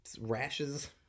rashes